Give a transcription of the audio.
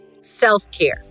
self-care